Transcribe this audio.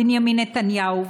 בנימין נתניהו,